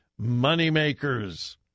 moneymakers